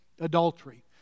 adultery